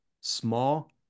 small